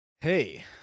Hey